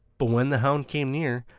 but when the hound came near